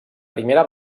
primera